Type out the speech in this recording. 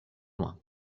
loin